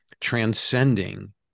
transcending